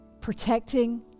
protecting